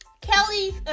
Kelly's